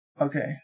Okay